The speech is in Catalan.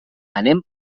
anem